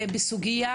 בסוגיה